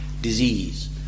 disease